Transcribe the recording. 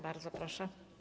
Bardzo proszę.